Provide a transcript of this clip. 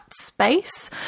space